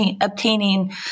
obtaining